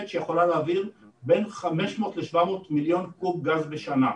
שיכולה להעביר בין 500 ל-700 מיליון קוב גז בשנה.